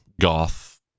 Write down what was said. goth